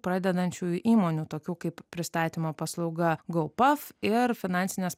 pradedančiųjų įmonių tokių kaip pristatymo paslauga gaubtas ir finansinės